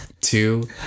Two